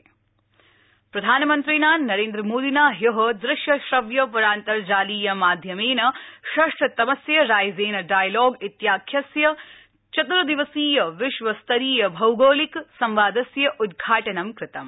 PM रायसप्रीडायलॉग प्रधानमन्त्रिणा नरेन्द्रमोदिना ह्य दृश्य श्रव्य परान्तर्जालीय माध्यमेन षष्ठ तमस्य रायसेन डायलॉग इत्याख्यस्य चतुर दिवसीय विश्वस्तरीय भौगोलिक संवादस्य उद्घाटन कृतमु